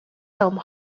some